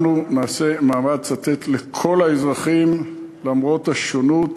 אנחנו נעשה מאמץ לתת לכל האזרחים, למרות השונות,